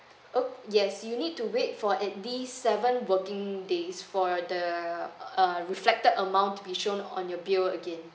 oh yes you need to wait for at least seven working days for the uh reflected amount to be shown on your bill again